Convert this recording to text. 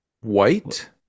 White